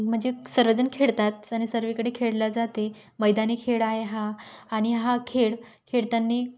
म्हणजे सर्व जण खेळतात आणि सर्वीकडे खेळल्या जाते मैदानी खेळ आहे हा आणि हा खेळ खेळतांनी